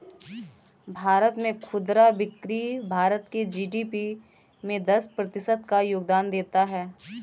भारत में खुदरा बिक्री भारत के जी.डी.पी में दस प्रतिशत का योगदान देता है